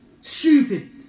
stupid